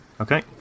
Okay